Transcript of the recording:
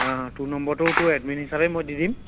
অঁ অঁ তোৰ নম্বৰটোতো এডমিন হিচাপে মই দি দিম